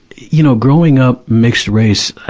you know, growing up mixed race, i,